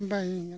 ᱵᱟᱭ ᱜᱟᱱᱚᱜ ᱠᱟᱱᱟ